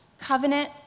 covenant